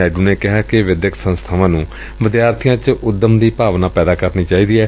ਨਾਇਡੁ ਨੇ ਕਿਹਾ ਕਿ ਵਿਦਿਅਕ ਸੰਸਬਾਵਾਂ ਨੂੰ ਵਿਦਿਆਰਥੀਆਂ ਚ ਉੱਦਮ ਦੀ ਭਾਵਨਾ ਪੈਦਾ ਕਰਨੀ ਚਾਹੀਦੀ ਏ